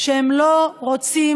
שהם לא רוצים,